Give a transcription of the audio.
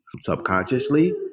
subconsciously